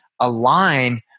align